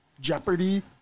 Jeopardy